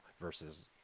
versus